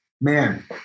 man